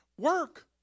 Work